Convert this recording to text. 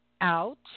out